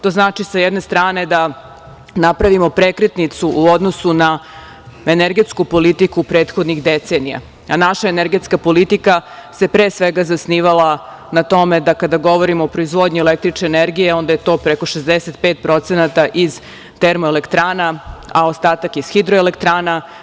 To znači sa jedne strane da napravimo prekretnicu u odnosu na energetsku politiku prethodnih decenija, a naša energetska politika se pre svega zasnivala na tome da kada govorimo o proizvodnji električne energije, onda je to preko 65% iz termoelektrana, a ostatak iz hidroelektrana.